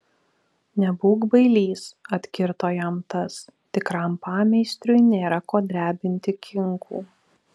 nebūk bailys atkirto jam tas tikram pameistriui nėra ko drebinti kinkų